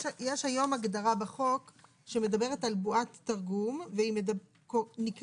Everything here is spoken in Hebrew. יש היום הגדרה בחוק שמדברת על בועת תרגום והיא נקראת